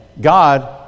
God